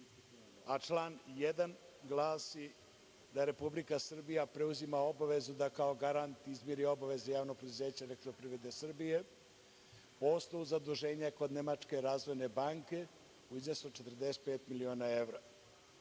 A član 1. glasi da Republika Srbija preuzima obavezu da kao garant izmiri obaveze javnog preduzeća „Elektroprivreda Srbije“ po osnovu zaduženja kod nemačke Razvojne banke u iznosu od 45 miliona evra.